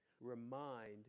Remind